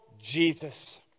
Jesus